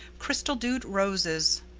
crystal-dewed roses.